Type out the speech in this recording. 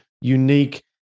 unique